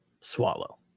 swallow